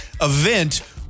event